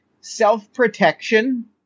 self-protection